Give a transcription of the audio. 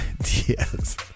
Yes